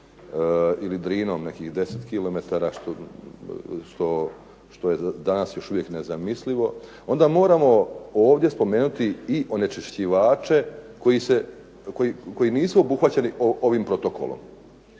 ili Drinom nekih 10 km što je danas još uvijek nezamislivo onda moramo ovdje spomenuti i onečišćivače koji nisu obuhvaćeni ovim protokolom.